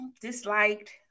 disliked